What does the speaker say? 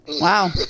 Wow